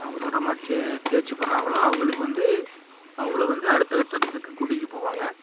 அவங்க சொல்கிற மாதிரி சே தேர்ச்சி பெறுகிறாங்களோ அவங்களுக்கு வந்து அவங்கள வந்து அடுத்த கட்டத்துக்கு கூட்டிக்கிட்டு போவாங்க